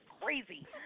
crazy